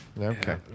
Okay